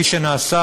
למה שנעשה,